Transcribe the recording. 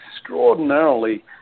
extraordinarily